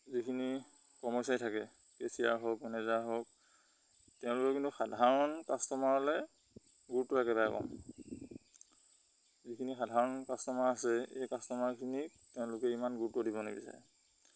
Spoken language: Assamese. যিখিনি কৰ্মচাৰী থাকে কে চিয়াৰ হওক মেনেজাৰ হওক তেওঁলোকে কিন্তু সাধাৰণ কাষ্টমাৰলে গুৰুত্ব একেটাই ক'ম যিখিনি সাধাৰণ কাষ্টমাৰ আছে এই কাষ্টমাৰখিনিক তেওঁলোকে ইমান গুৰুত্ব দিব নিবিচাৰে